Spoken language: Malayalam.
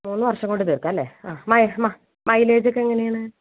മൂന്ന് വർഷം കൊണ്ട് തീർക്കാമല്ലേ മൈലേജ് ഒക്കെ എങ്ങനെയാണ്